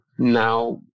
Now